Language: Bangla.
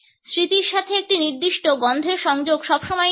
স্মৃতির সাথে একটি নির্দিষ্ট গন্ধের সংযোগ সবসময়ই থাকে